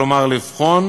כלומר לבחון